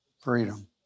Freedom